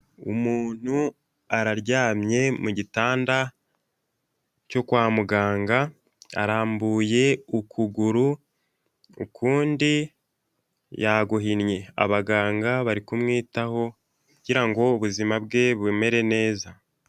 Umuntu araryamye mu gitanda cyo kwa muganga arambuye ukuguru ukundi yaguhinnye, abaganga bari kumwitaho kugira ngo ngo ubuzima bwe bumere neza.